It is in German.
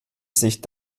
sich